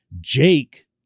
Jake